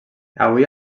avui